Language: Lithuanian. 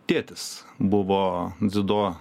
tėtis buvo dziudo